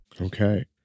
Okay